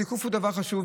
התיקוף הוא דבר חשוב,